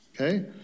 Okay